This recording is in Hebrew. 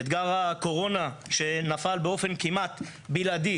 אתגר הקורונה שנפל באופן כמעט בלעדי,